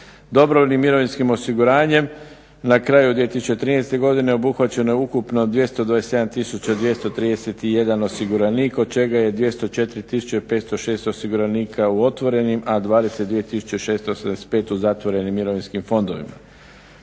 Dobrovoljnim mirovinskim osiguranjem na kraju 2013. godine obuhvaćeno je ukupno 227 tisuća 231 osiguranik, od čega je 204 tisuće 506 osiguranika u otvorenim, a 22 tisuće 675 u zatvorenim mirovinskim fondovima.